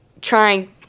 trying